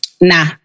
Nah